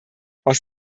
aus